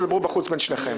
תצאו החוצה ותדברו שניכם.